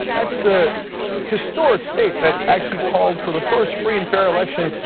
that's the historic state that actually called for the first free and fair elections